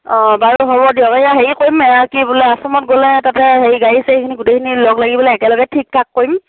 অ বাৰু হ'ব দিয়ক এইয়া হেৰি কৰিম কি বোলে আশ্ৰমত গ'লে তাতে হেৰি গাড়ী চাৰীখিনি গোটেইখিনি লগ লাগি পেলাই একেলগে ঠিক ঠাক কৰিম